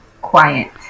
quiet